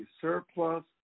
surplus